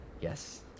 yes